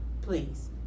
Please